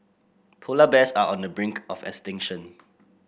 polar bears are on the brink of extinction